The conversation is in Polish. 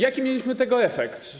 Jaki mieliśmy tego efekt?